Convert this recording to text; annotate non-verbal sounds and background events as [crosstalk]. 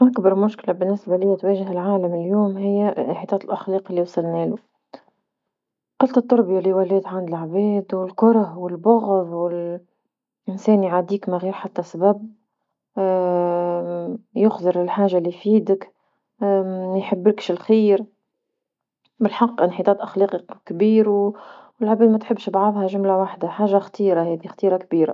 أكبر مشكلة بالنسبة ليا تواجه العالم اليوم هيا إنحطاط الأخلاق اللي وصلنالو، قلة التربية اللي ولات عند لعباد والكره والبغض ول- إنسان يعاديك من غير حتى سبب، [hesitation] يخزر الحاجة اللي في يدك. [hesitation] ما يحبكش الخير بالحق انحطاط أخلاقي كبير والعباد ما تحبش بعضها جملة واحدة، حاجة خطيرة هذي خطيرة كبيرة.